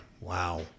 Wow